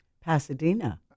pasadena